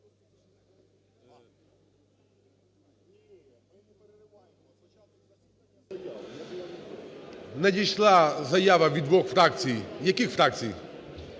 Надійшла заява від двох фракцій… Яких фракцій?